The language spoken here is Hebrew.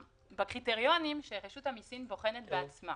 בקריטריונים שרשות המיסים בוחנת בעצמה